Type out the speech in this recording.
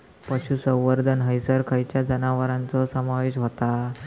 पशुसंवर्धन हैसर खैयच्या जनावरांचो समावेश व्हता?